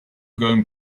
going